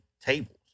tables